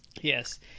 Yes